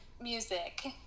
music